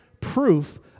proof